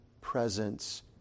presence